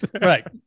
right